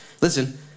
listen